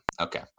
Okay